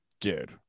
Dude